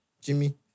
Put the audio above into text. jimmy